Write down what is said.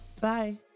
Bye